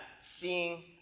seeing